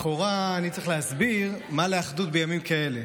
לכאורה אני צריך להסביר מה לאחדות בימים כאלה,